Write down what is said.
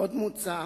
עוד מוצע